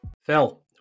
Phil